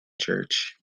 church